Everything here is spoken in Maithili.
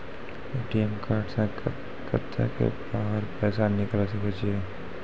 ए.टी.एम कार्ड से कत्तेक बेर पैसा निकाल सके छी?